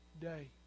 day